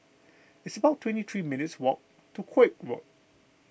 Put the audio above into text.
it's about twenty three minutes' walk to Koek Road